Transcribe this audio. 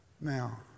Now